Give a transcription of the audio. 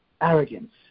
Arrogance